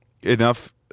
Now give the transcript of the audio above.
Enough